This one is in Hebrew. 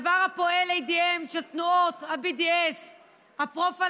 דבר הפועל לידיה של תנועות ה-BDS הפרו-פלסטיניות